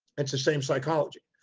it's the same psychology.